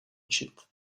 učit